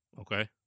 Okay